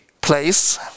place